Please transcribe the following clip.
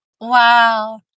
wow